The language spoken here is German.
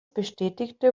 bestätigte